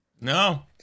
No